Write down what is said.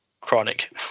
Chronic